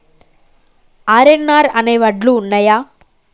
RNR అనే వడ్లు ఉన్నయా?